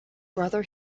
brother